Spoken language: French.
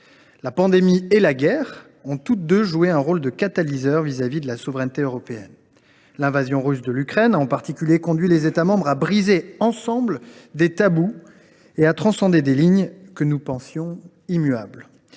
La pandémie et la guerre ont toutes deux joué un rôle de catalyseur vis à vis de la souveraineté européenne. L’invasion russe de l’Ukraine, en particulier, a conduit les États membres à briser ensemble des tabous et à transcender des lignes que nous pensions immuables.